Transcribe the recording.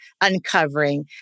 uncovering